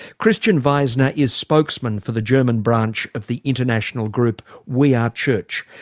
christian weisner is spokesman for the german branch of the international group we are church.